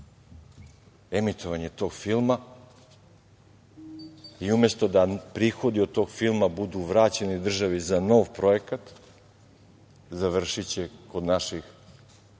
emitovanje tog filma i umesto da prihodi od tog filma budu vraćeni državi za novi projekat, završiće kod naših,